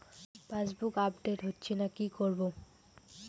Passbook update হচ্ছেনা কি করবো?